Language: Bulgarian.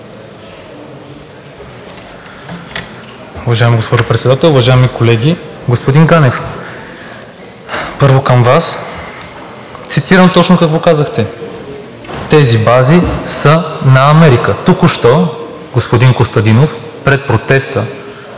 Уважаема госпожо Председател, уважаеми колеги! Господин Ганев, първо към Вас и цитирам точно какво казахте: „Тези бази са на Америка.“ Току що господин Костадинов пред протеста